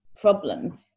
problem